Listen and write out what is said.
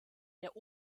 der